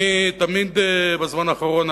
אני תמיד בזמן האחרון,